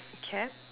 cap